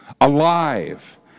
alive